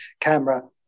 camera